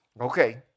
okay